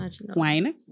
Wine